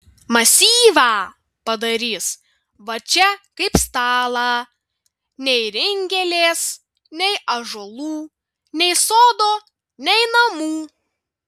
masyvą padarys va čia kaip stalą nei ringelės nei ąžuolų nei sodo nei namų